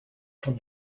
from